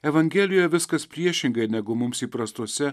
evangelijoje viskas priešingai negu mums įprastuose